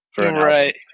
Right